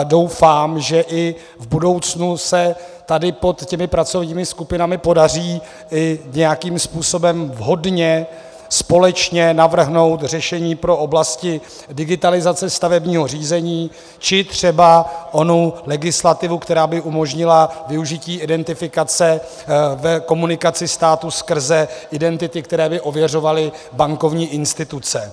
Doufám, že i v budoucnu se tady pod těmi pracovními skupinami podaří nějakým způsobem vhodně společně navrhnout řešení pro oblasti digitalizace stavebního řízení, či třeba onu legislativu, která by umožnila využití identifikace v komunikaci státu skrze identity, které by ověřovaly bankovní instituce.